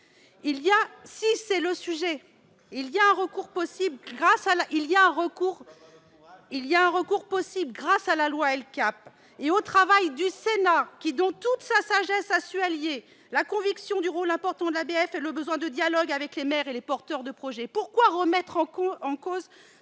si ! Un recours est possible grâce à la loi LCAP et au travail du Sénat qui, dans toute sa sagesse, a su allier la conviction du rôle important de l'ABF et le besoin de dialogue avec les maires et les porteurs de projets. Pourquoi remettre en cause